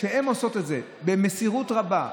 הן עושות את זה במסירות רבה,